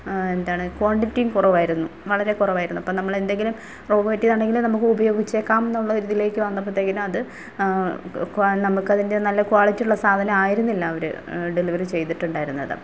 എന്താണ് ക്വാണ്ടിറ്റിയും കുറവായിരുന്നു വളരെ കുറവായിരുന്നു ഇപ്പം നമ്മളെന്തെങ്കിലും റോങ് പറ്റിയതാണെങ്കിൽ നമുക്ക് ഉപയോഗിച്ചേക്കാമെന്നുള്ള ഒരിതിലേക്ക് വന്നപ്പോഴത്തേക്കിനും അത് ക്വാ നമുക്കതിൻ്റെ നല്ല ക്വാളിറ്റിയുള്ള സാധനം ആയിരുന്നില്ല അവർ ഡെലിവറി ചെയ്തിട്ടുണ്ടായിരുന്നത്